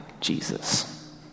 Jesus